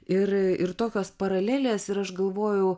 ir ir tokios paralelės ir aš galvojau